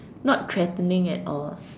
not threatening at all